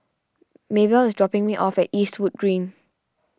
Maebell is dropping me off at Eastwood Green